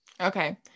okay